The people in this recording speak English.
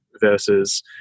versus